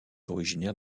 originaire